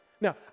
Now